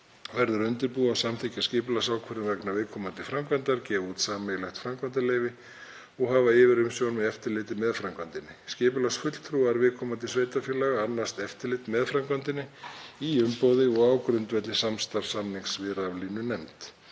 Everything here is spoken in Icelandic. verður að undirbúa og samþykkja skipulagsákvörðun vegna viðkomandi framkvæmdar, gefa út sameiginlegt framkvæmdaleyfi og hafa yfirumsjón með eftirliti með framkvæmdinni. Skipulagsfulltrúar viðkomandi sveitarfélaga annast eftirlit með framkvæmdinni í umboði og á grundvelli samstarfssamnings við raflínunefnd.